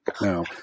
No